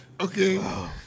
okay